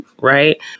Right